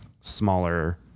smaller